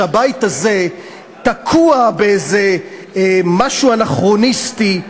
שהבית הזה תקוע באיזה משהו אנכרוניסטי,